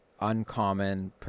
Uncommon